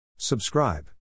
Subscribe